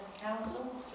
Council